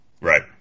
Right